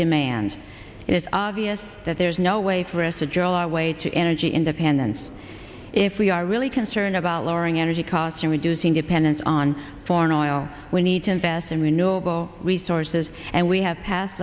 demand is obvious that there is no way for us to join our way to energy independence if we are really concerned about lowering energy costs or reducing dependence on foreign oil we need to invest in renewable resources and we have pass